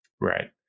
right